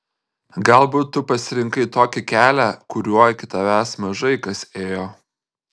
galbūt tu pasirinkai tokį kelią kuriuo iki tavęs mažai kas ėjo